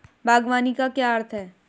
बागवानी का क्या अर्थ है?